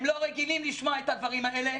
הם לא רגילים לשמוע את הדברים האלה,